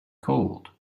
called